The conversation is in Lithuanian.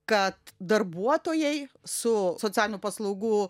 kad darbuotojai su socialinių paslaugų